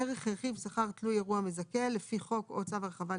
ערך רכיב שכר תלוי אירוע מזכה לפי חוק או צו הרחבה,